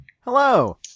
Hello